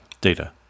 Data